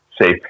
safe